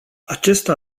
acesta